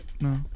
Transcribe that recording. no